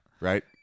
right